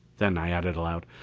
then i added aloud,